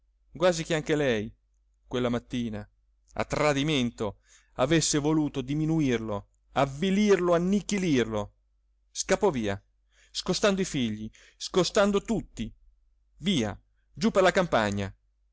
quasi che anche lei quella mattina a tradimento avesse voluto diminuirlo avvilirlo annichilirlo scappò via scostando i figli scostando tutti via giù per la campagna